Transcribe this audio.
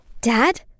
Dad